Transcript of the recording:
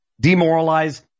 demoralize